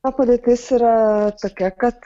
o padėtis yra tokia kad